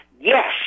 Yes